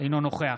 אינו נוכח